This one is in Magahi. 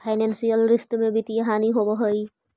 फाइनेंसियल रिश्त में वित्तीय हानि होवऽ हई